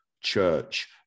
church